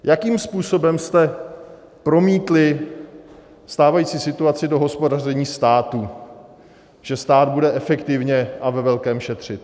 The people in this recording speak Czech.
Jakým způsobem jste promítli stávající situaci do hospodaření státu, že stát bude efektivně a ve velkém šetřit.